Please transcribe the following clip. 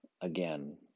again